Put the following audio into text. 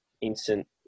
instant